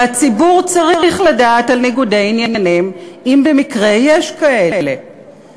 והציבור צריך לדעת על ניגודי עניינים אם במקרה יש כאלה.